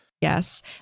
Yes